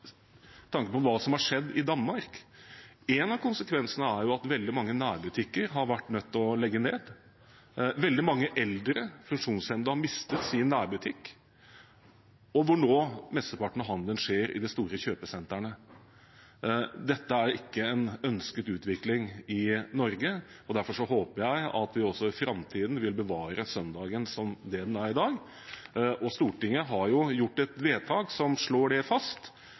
av konsekvensene er at veldig mange nærbutikker har vært nødt til å legge ned. Veldig mange eldre og funksjonshemmede har mistet sin nærbutikk, og mesteparten av handelen skjer nå i de store kjøpesentrene. Dette er ikke en ønsket utvikling i Norge, og derfor håper jeg at vi også i framtiden vil bevare søndagen som det den er i dag. Stortinget har jo gjort et vedtak som slår det fast.